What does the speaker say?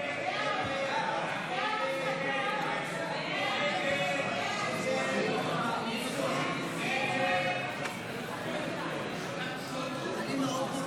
ההסתייגויות לסעיף 07 בדבר הפחתת תקציב לא נתקבלו.